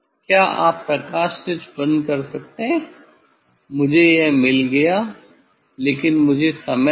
क्या आप प्रकाश स्विच बंद कर सकते हैं मुझे यह मिल गया है लेकिन मुझे समय लगा